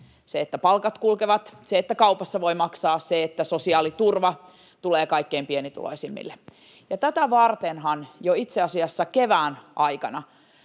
se, että palkat kulkevat, se, että kaupassa voi maksaa, se, että sosiaaliturva tulee kaikkein pienituloisimmille. Tätä vartenhan jo itse asiassa kevään aikana